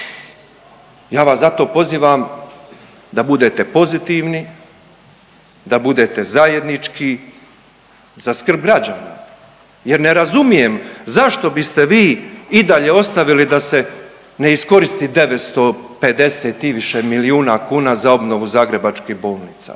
Ja vas zato pozivam da budete pozitivni, da budete zajednički za skrb građana. Jer ne razumijem zašto biste vi i dalje ostavili da se ne iskoristi 950 i više milijuna kuna za obnovu zagrebačkih bolnica.